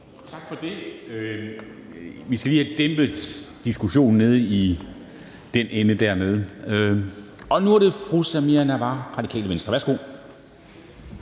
Tak for det. Vi skal lige have dæmpet diskussionen nede i den anden ende der. Nu er det fru Samira Nawa, Radikale Venstre. Værsgo.